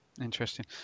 interesting